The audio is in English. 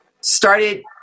started